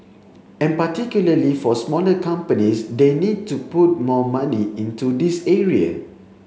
and particularly for smaller companies they need to put more money into this area